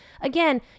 again